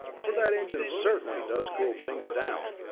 for that engine certainly does cool things down!